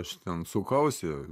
aš ten sukausi